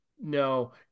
no